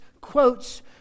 quotes